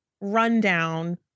rundown